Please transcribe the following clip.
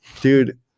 dude